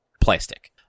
plastic